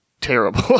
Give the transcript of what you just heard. terrible